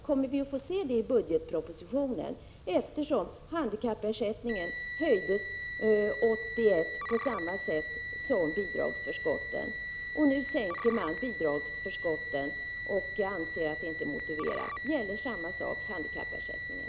Kommer vi att få se det i budgetpropositionen, eftersom handikappersättningen höjdes 1981 på samma sätt som bidragsförskotten? Nu sänker man bidragsförskotten därför att man inte anser dem motiverade. Gäller samma sak handikappersättningen?